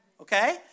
Okay